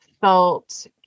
felt